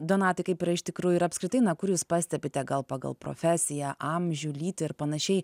donatai kaip yra iš tikrųjų ir apskritai na kur jūs pastebite gal pagal profesiją amžių lytį ir panašiai